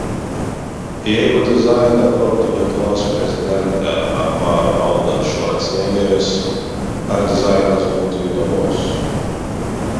jeigu dizainą kurtų lietuvos prezidentė arba arnoldas švarcnegeris ar dizainas būtų įdomus